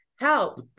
Help